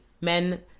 men